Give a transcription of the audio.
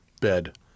bed